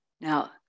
now